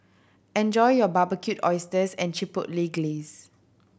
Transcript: enjoy your Barbecued Oysters and Chipotle Glaze